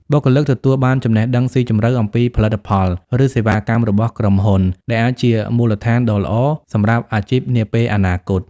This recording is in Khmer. បុគ្គលិកទទួលបានចំណេះដឹងស៊ីជម្រៅអំពីផលិតផល ឬសេវាកម្មរបស់ក្រុមហ៊ុន ដែលអាចជាមូលដ្ឋានដ៏ល្អសម្រាប់អាជីពនាពេលអនាគត។